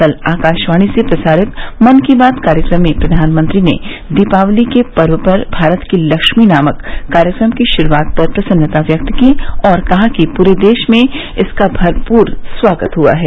कल आकाशवाणी से प्रसारित मन की बात कार्यक्रम में प्रधानमंत्री ने दीपावली के पर्व पर भारत की लक्ष्मी नामक कार्यक्रम की शुरूआत पर प्रसन्नता व्यक्त की और कहा कि पूरे देश में इसका भरपूर स्वागत हुआ है